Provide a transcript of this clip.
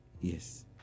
Yes